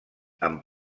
amb